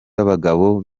b’abagabo